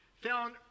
found